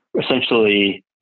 essentially